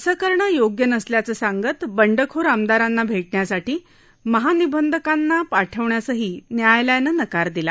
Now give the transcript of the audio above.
असं करणं योग्य नसल्याचं सांगत बंडखोर आमदारांना भेटण्यासाठी महानिबंधकांना पाठवण्यासही न्यायालयानं नकार दिला